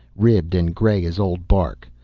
ribbed and gray as old bark.